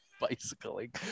Bicycling